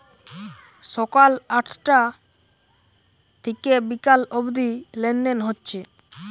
সকাল আটটা থিকে বিকাল অব্দি লেনদেন হচ্ছে